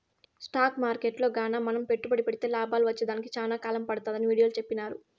stock మార్కెట్టులో గాన మనం పెట్టుబడి పెడితే లాభాలు వచ్చేదానికి సేనా కాలం పడతాదని వీడియోలో సెప్పినారు